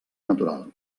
natural